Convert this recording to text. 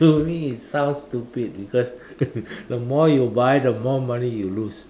to me it sounds stupid because the more you buy the more money you lose